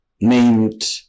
named